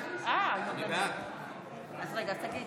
בעד גלעד קריב,